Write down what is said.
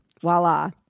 Voila